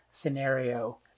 scenario